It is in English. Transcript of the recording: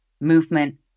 movement